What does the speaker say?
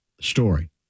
story